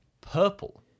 purple